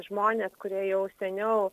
žmonės kurie jau seniau